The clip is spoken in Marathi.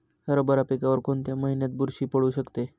हरभरा पिकावर कोणत्या महिन्यात बुरशी पडू शकते?